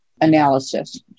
analysis